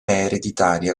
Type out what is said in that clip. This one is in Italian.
ereditaria